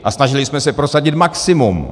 A snažili jsme se prosadit maximum.